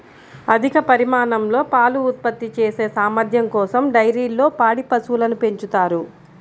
అధిక పరిమాణంలో పాలు ఉత్పత్తి చేసే సామర్థ్యం కోసం డైరీల్లో పాడి పశువులను పెంచుతారు